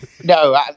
No